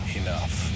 enough